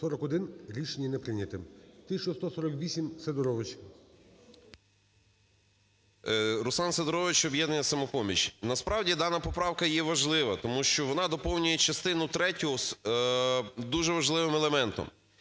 Руслан Сидорович, об'єднання "Самопоміч". Насправді дана поправка є важлива, тому що вона доповнює частину третю дуже важливим елементом.